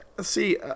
See